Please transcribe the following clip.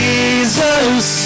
Jesus